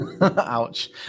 Ouch